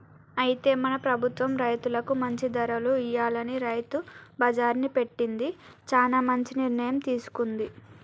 అయితే మన ప్రభుత్వం రైతులకు మంచి ధరలు ఇయ్యాలని రైతు బజార్ని పెట్టింది చానా మంచి నిర్ణయం తీసుకుంది